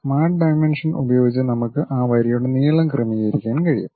smart dimension ഉപയോഗിച്ച് നമുക്ക് ആ വരിയുടെ നീളം ക്രമീകരിക്കാൻ കഴിയും